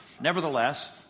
Nevertheless